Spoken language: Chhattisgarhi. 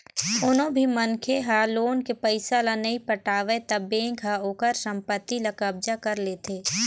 कोनो भी मनखे ह लोन के पइसा ल नइ पटावय त बेंक ह ओखर संपत्ति ल कब्जा कर लेथे